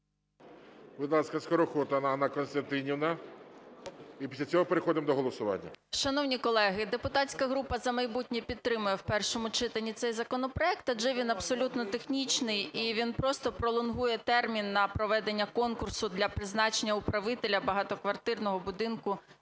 Будь ласка, Скороход Анна Костянтинівна. І після цього переходимо до голосування. 14:31:50 СКОРОХОД А.К. Шановні колеги, депутатська група "За майбутнє" підтримує в першому читанні цей законопроект, адже він абсолютно технічний, і він просто пролонгує термін на проведення конкурсу для призначення управителя багатоквартирного будинку